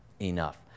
Enough